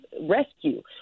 rescue